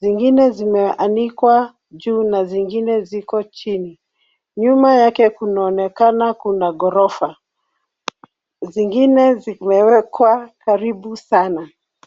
Zingine zimeanikwa juu na zingine ziko chini. Nyuma yake kunaonekana kuna ghorofa. Zingine zimewekwa karibu sana.